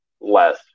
less